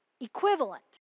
equivalent